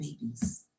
babies